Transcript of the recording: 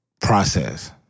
process